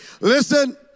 Listen